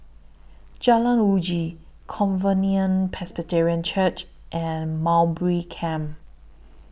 Jalan Uji Covenant Presbyterian Church and Mowbray Camp